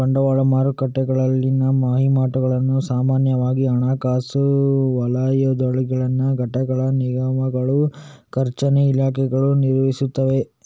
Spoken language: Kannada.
ಬಂಡವಾಳ ಮಾರುಕಟ್ಟೆಗಳಲ್ಲಿನ ವಹಿವಾಟುಗಳನ್ನು ಸಾಮಾನ್ಯವಾಗಿ ಹಣಕಾಸು ವಲಯದೊಳಗಿನ ಘಟಕಗಳ ನಿಗಮಗಳ ಖಜಾನೆ ಇಲಾಖೆಗಳು ನಿರ್ವಹಿಸುತ್ತವೆ